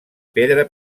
pedra